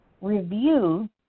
review